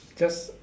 just